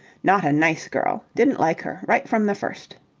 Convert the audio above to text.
not a nice girl. didn't like her. right from the first.